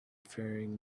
faring